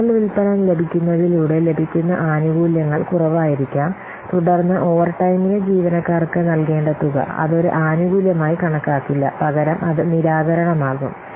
കൂടുതൽ വിൽപ്പന ലഭിക്കുന്നതിലൂടെ ലഭിക്കുന്ന ആനുകൂല്യങ്ങൾ കുറവായിരിക്കാം തുടർന്ന് ഓവർടൈമിലെ ജീവനക്കാർക്ക് നൽകേണ്ട തുക അത് ഒരു ആനുകൂല്യമായി കണക്കാക്കില്ല പകരം അത് നിരാകരണം ആകും